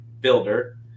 Builder